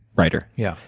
writer? yeah.